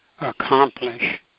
accomplish